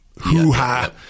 hoo-ha